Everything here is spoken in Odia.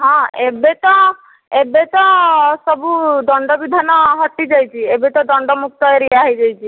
ହଁ ଏବେ ତ ଏବେ ତ ସବୁ ଦଣ୍ଡବିଧାନ ହଟିଯାଇଛି ଏବେ ତ ଦଣ୍ଡମୁକ୍ତ ଏରିଆ ହୋଇଯାଇଛି